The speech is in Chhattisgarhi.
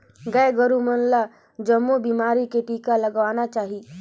गाय गोरु मन ल जमो बेमारी के टिका लगवाना चाही